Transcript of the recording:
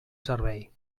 servei